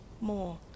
more